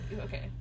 okay